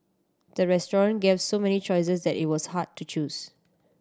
the restaurant gave so many choices that it was hard to choose